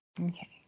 Okay